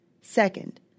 Second